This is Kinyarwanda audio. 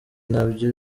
nabyo